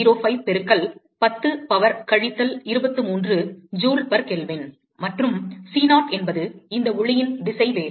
3805 பெருக்கல் 10 பவர் கழித்தல் 23 joule per kelvin மற்றும் c0 என்பது இந்த ஒளியின் வேகம்